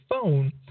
phone –